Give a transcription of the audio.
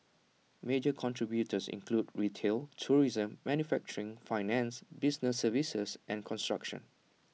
major contributors include retail tourism manufacturing finance business services and construction